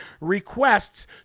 requests